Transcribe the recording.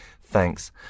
thanks